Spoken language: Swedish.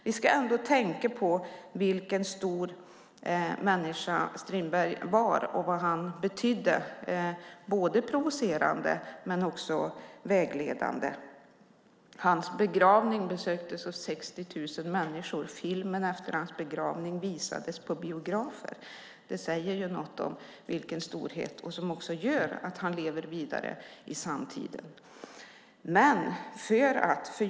Vi ska ändå tänka på vilken stor människa Strindberg var och vad han betydde, både provocerande och vägledande. Hans begravning sågs av 60 000 människor. Filmen från hans begravning visades på biografer. Det säger något om vilken storhet han var. Det gör också att han lever vidare i samtiden.